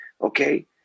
okay